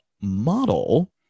model